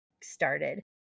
started